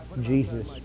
Jesus